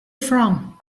from